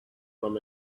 from